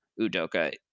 Udoka